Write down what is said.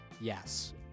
Yes